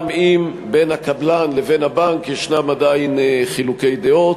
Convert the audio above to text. גם אם בין הקבלן ובין הבנק יש עדיין חילוקי דעות.